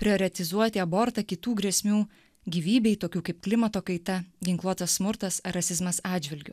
prioretizuoti abortą kitų grėsmių gyvybei tokių kaip klimato kaita ginkluotas smurtas ar rasizmas atžvilgiu